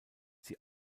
sie